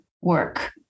work